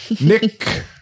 Nick